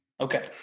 Okay